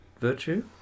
Virtue